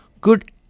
good